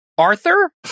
Arthur